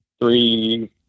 three